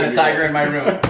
ah tiger in my room